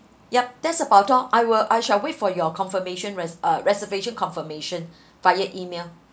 yup that's about all I will I shall wait for your confirmation reser~ uh reservation confirmation via email